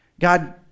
God